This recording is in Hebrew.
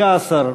15,